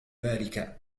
ذلك